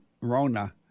Rona